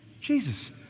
Jesus